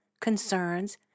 concerns